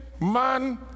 man